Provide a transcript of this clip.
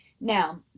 Now